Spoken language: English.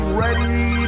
ready